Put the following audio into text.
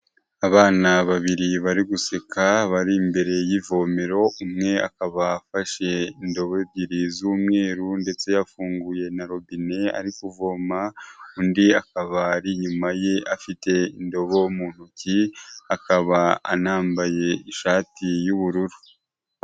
Abana babiri bari guseka, bari imbere y'ivomero, umwe akaba afashe indobo ebyiri z'umweru ndetse yafunguye na robine ari kuvoma , undi akaba ari inyuma ye afite indobo mu ntoki, akaba anambaye ishati y'ubururu.